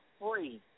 free